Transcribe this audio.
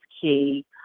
key